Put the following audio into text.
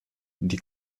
die